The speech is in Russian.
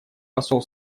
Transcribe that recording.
посол